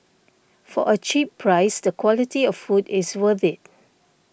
for a cheap price the quality of food is worth it